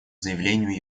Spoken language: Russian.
заявлению